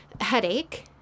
Headache